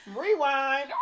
Rewind